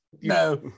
No